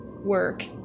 work